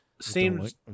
seems